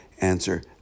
answer